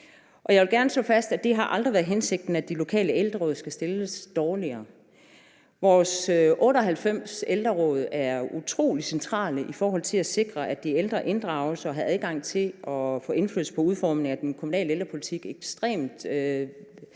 Jeg vil gerne slå fast, at det aldrig har været hensigten, at de lokale ældreråd skal stilles dårligere. Vores 98 ældreråd er utrolig centrale i forhold til at sikre, at de ældre inddrages og har adgang til at få indflydelse på udformningen af den kommunale ældrepolitik – ekstremt virksomt